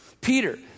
Peter